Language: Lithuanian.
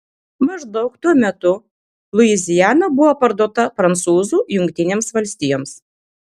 maždaug tuo metu luiziana buvo parduota prancūzų jungtinėms valstijoms